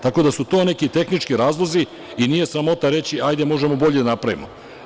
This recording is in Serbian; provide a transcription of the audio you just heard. To su neki tehnički razlozi i nije sramota reći – hajde, možemo bolje da napravimo.